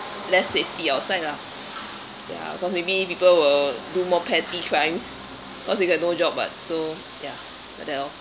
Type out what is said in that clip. less safety outside lah ya because maybe people will do more petty crimes cause they got no job [what] so ya like that lor